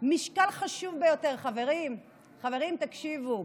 משקל חשוב ביותר, חברים, חברים, תקשיבו,